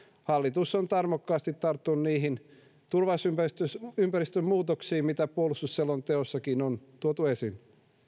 hallitus on tarmokkaasti tarttunut niihin turvallisuusympäristön muutoksiin mitä puolustusselonteossakin on tuotu esille